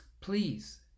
Please